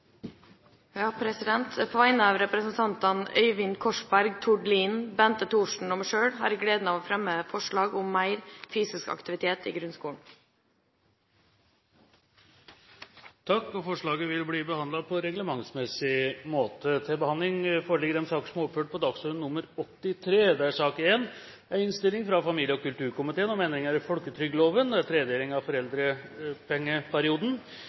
På vegne av representantene Øyvind Korsberg, Tord Lien, Bente Thorsen og meg selv har jeg gleden av å fremme et forslag om mer fysisk aktivitet i grunnskolen. Forslaget vil bli behandlet på reglementsmessig måte. Etter ønske fra familie- og kulturkomiteen vil presidenten foreslå at taletiden begrenses til 40 minutter og fordeles med inntil 5 minutter til hvert parti og inntil 5 minutter til medlem av